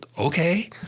okay